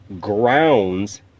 grounds